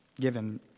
given